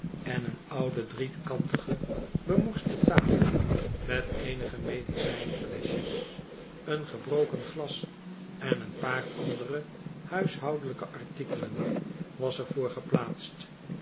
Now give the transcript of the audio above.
en een oude driekantige bemorste tafel met eenige medicijnfleschjes een gebroken glas en een paar andere huishoudelijke artikelen was er voor